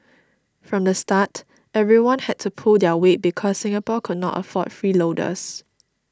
from the start everyone had to pull their weight because Singapore could not afford freeloaders